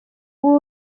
uwo